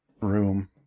room